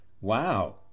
Wow